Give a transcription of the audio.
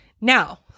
Now